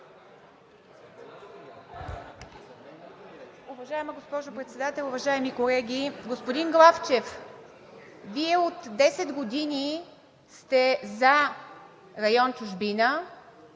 Уважаема госпожо Председател, уважаеми колеги! Господин Главчев, Вие от 10 години сте за район „Чужбина“,